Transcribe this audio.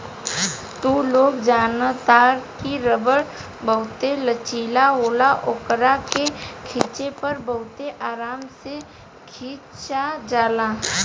तू लोग जनतार की रबड़ बहुते लचीला होला ओकरा के खिचे पर बहुते आराम से खींचा जाला